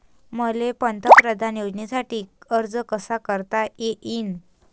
मले पंतप्रधान योजनेसाठी अर्ज कसा कसा करता येईन?